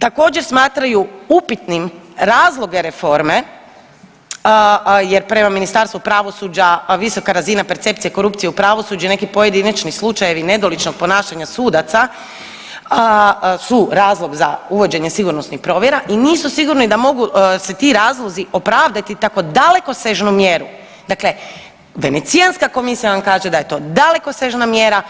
Također smatraju upitnim razloge reforme jer prema Ministarstvu pravosuđa visoka razina percepcije korupcije u pravosuđu, neki pojedinačni slučajevi nedoličnog ponašanja sudaca su razlog za uvođenje sigurnosnih provjera i nisu sigurni da mogu se ti razlozi opravdati tako dalekosežnu mjeru, dakle Venecijanska komisija vam kaže da je to dalekosežna mjera